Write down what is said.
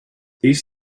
these